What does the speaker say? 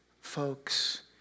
folks